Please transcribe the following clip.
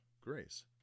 grace